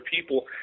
people